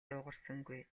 дуугарсангүй